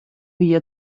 wie